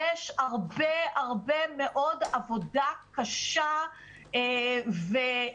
יש הרבה הרבה מאוד עבודה קשה וסיזיפית